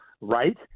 right